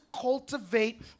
cultivate